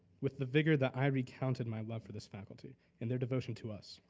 with the vigor that i recounted my love for this faculty and their devotion to us,